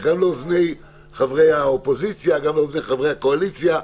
זה גם לאוזני חברי האופוזיציה וגם לאוזני חברי הקואליציה,